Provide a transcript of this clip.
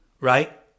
right